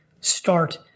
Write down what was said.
start